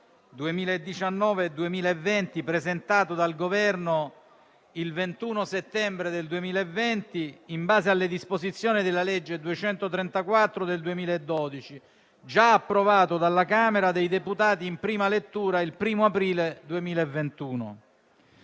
2020, presentato dal Governo il 21 settembre del 2020, in base alle disposizioni della legge n. 234 del 2012, già approvato dalla Camera dei deputati in prima lettura il 1° aprile 2021.